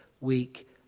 week